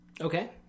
Okay